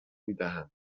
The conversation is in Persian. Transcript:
میدهند